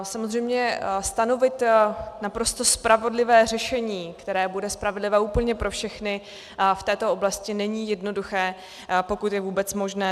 Samozřejmě stanovit naprosto spravedlivé řešení, které bude spravedlivé úplně pro všechny, v této oblasti není jednoduché, pokud je vůbec možné.